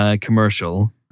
commercial